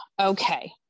okay